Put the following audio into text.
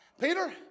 Peter